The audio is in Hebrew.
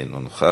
אינו נוכח,